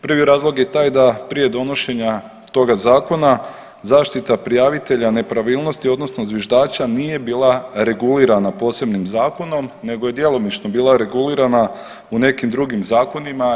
Prvi razlog je taj da prije donošenja toga zakona zaštita prijavitelja nepravilnosti, odnosno zviždača nije bila regulirana posebnim zakonom, nego je djelomično bila regulirana u nekim drugim zakonima.